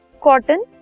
cotton